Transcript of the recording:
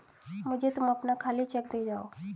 मुझे तुम अपना खाली चेक दे जाओ